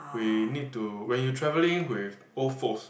we need to when you travelling with old folks